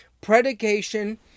Predication